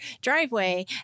driveway